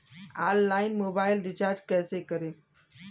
Online mobile recharge कैसे करें?